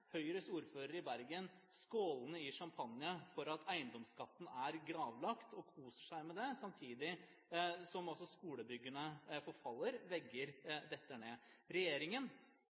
Høyres ordfører i Bergen skåle i champagne for at eiendomsskatten er gravlagt og koser seg med det, samtidig som skolebyggene forfaller og vegger detter ned. Regjeringen